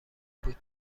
بود